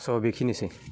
स' बिखिनिसै